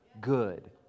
good